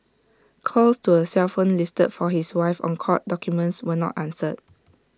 calls to A cell phone listed for his wife on court documents were not answered